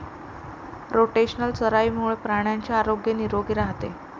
rotational चराईमुळे प्राण्यांचे आरोग्य निरोगी राहते